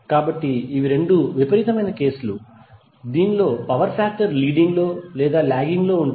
కాబట్టి ఇవి 2 విపరీతమైన కేసులు దీనిలో పవర్ ఫాక్టర్ లీడింగ్ లో లేదా లాగింగ్ లో ఉంటుంది